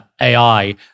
AI